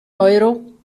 euro